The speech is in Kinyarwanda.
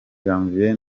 janvier